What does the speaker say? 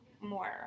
more